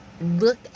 look